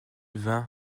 vingt